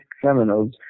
criminals